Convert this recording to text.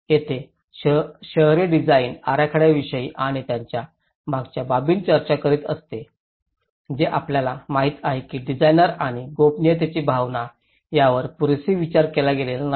येथे शहरी डिझाइन आराखड्यांविषयी आणि त्यांच्या मागच्या बाबींबद्दल चर्चा करते जे आपल्याला माहित आहे की डिझाइनर आणि गोपनीयतेची भावना यावर पुरेसा विचार कसा केला जात नाही